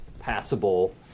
passable